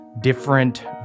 different